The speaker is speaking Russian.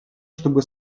чтобы